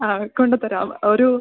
ആ കൊണ്ട് തരാം ഒരു